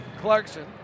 Clarkson